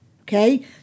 Okay